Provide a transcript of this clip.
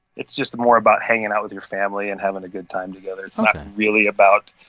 it's just more about hanging out with your family and having a good time together. it's not really about,